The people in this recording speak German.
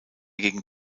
gegen